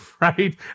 right